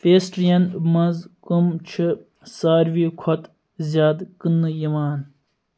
پیسٹِرٛیَن مَنٛز کٕم چھِ سارِوٕے کھۄتہٕ زیٛادٕ کٕننہٕ یِوان